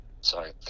Sorry